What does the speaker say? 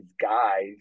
guys